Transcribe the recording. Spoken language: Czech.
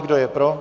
Kdo je pro?